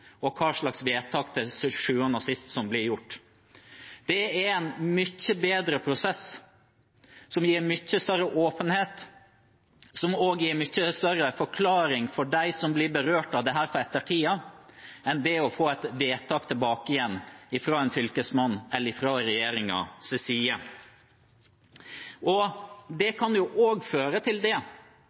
og hva slags vedtak som til syvende og sist blir gjort. Det er en mye bedre prosess, som gir mye større åpenhet, som også gir en mye bedre forklaring for de som blir berørt av dette i ettertid, enn det å få et vedtak tilbake fra en fylkesmann eller fra regjeringens side. Det kan også føre til, når man vet at det